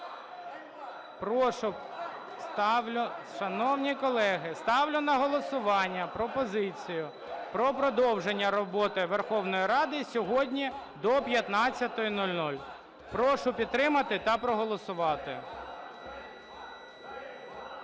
колеги, ставлю на голосування пропозицію про продовження роботи Верховної Ради сьогодні до 15:00. Прошу підтримати та проголосувати.